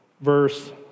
verse